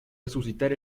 resucitar